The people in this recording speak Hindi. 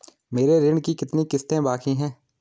मेरे ऋण की कितनी किश्तें बाकी हैं?